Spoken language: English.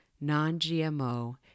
non-GMO